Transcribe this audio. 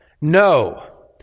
no